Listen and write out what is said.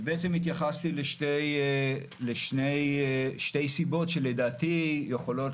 אז בעצם התייחסתי לשתי סיבות שלדעתי יכולות